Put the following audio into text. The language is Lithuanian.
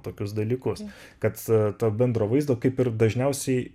tokius dalykus kad to bendro vaizdo kaip ir dažniausiai